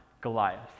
Goliath